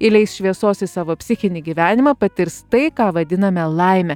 įleis šviesos į savo psichinį gyvenimą patirs tai ką vadiname laime